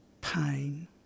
pain